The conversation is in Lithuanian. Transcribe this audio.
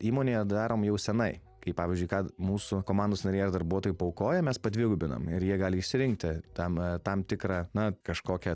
įmonėje darom jau senai kai pavyzdžiui kad mūsų komandos nariai ar darbuotojai paaukoja mes padvigubinam ir jie gali išsirinkti ten tam tikrą na kažkokią